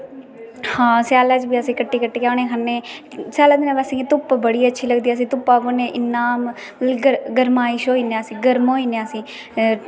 हां स्याले च बी आसे कट्टी कट्टी उन्हे गी खन्ने स्याले दे दिने च बस इयै धुप्प बड़ी अच्छी लगदी आसेंगी धुप्पा बौहने इन्ना मतलब इन्ना गर्माश होई जन्ने गर्म होई जन्ने असी है